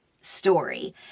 story